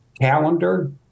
calendar